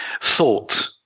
thought